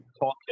talk